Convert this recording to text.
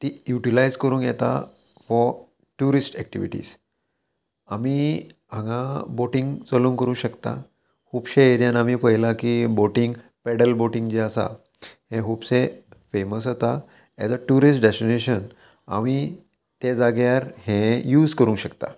ती युटिलायज करूंक येता फॉर ट्युरिस्ट एक्टिविटीज आमी हांगा बोटींग चलोवंक करूंक शकता खुबशे एरियान आमी पयला की बोटींग पॅडल बोटींग जे आसा हे खुबशे फेमस येता एज अ ट्युरिस्ट डॅस्टिनेशन आमी ते जाग्यार हे यूज करूंक शकता